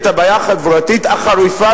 את הבעיה החברתית החריפה,